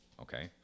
okay